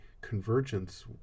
convergence